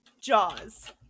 Jaws